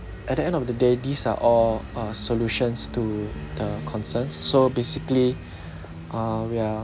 at the end of the day these are all uh solutions to the concerns so basically uh we're